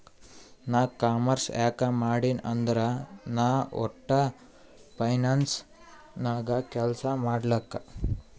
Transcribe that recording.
ನಾ ಕಾಮರ್ಸ್ ಯಾಕ್ ಮಾಡಿನೀ ಅಂದುರ್ ನಾ ವಟ್ಟ ಫೈನಾನ್ಸ್ ನಾಗ್ ಕೆಲ್ಸಾ ಮಾಡ್ಲಕ್